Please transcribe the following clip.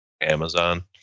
amazon